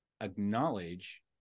acknowledge